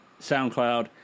SoundCloud